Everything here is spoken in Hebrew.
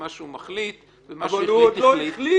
מה שהוא מחליט -- אבל הוא עוד לא החליט.